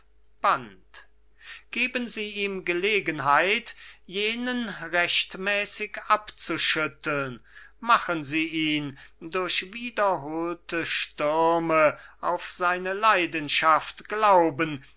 band geben sie ihm gelegenheit jenen rechtmäßig abzuschütteln machen sie ihn durch wiederholte stürme auf seine leidenschaft glauben